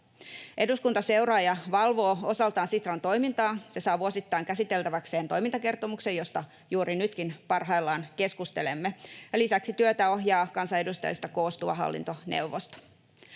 Eduskunta seuraa ja valvoo osaltaan Sitran toimintaa. Se saa vuosittain käsiteltäväkseen toimintakertomuksen, josta juuri nytkin parhaillaan keskustelemme, ja lisäksi työtä ohjaa kansanedustajista koostuva hallintoneuvosto.